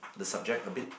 the subject a bit